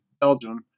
Belgium